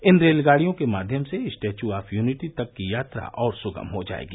इन रेलगाडियों के माध्यम से स्टैच्य ऑफ युनिटी तक की यात्रा और सुगम हो जाएगी